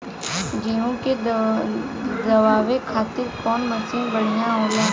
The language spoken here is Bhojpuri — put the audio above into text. गेहूँ के दवावे खातिर कउन मशीन बढ़िया होला?